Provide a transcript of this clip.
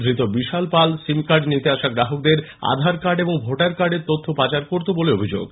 ধৃত বিশাল পাল সিমকার্ড নিতে আসা গ্রাহকদের আধারকার্ড ও ভোটারকার্ডের তথ্য পাচার করত বলে অভিযোগ